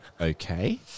okay